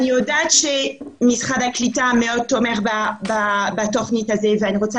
אני יודעת שמשרד הקליטה מאוד תומך בתוכנית הזו ואני רוצה